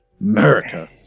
America